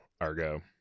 argo